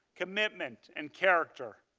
commitment and character.